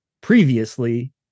previously